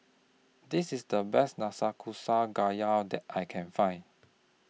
This IS The Best that I Can Find